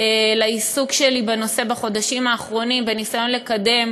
לעיסוק שלי בנושא בחודשים האחרונים, בניסיון לקדם